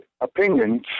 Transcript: opinions